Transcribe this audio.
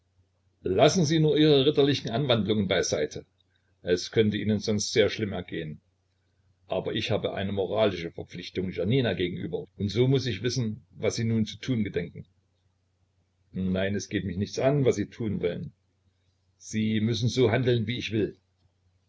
lassen sie nur ihre ritterlichen anwandlungen bei seite es könnte ihnen sonst sehr schlimm ergehen aber ich habe eine moralische verpflichtung janina gegenüber und so muß ich wissen was sie nun zu tun gedenken nein es geht mich nichts an was sie tun wollen sie müssen so handeln wie ich will